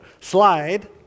slide